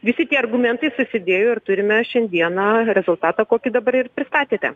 visi tie argumentai susidėjo ir turime šiandieną rezultatą kokį dabar ir pristatėte